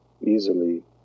easily